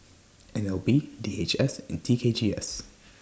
N L B D H S and T K G S